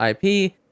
IP